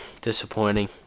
disappointing